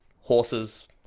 horses